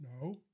No